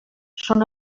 són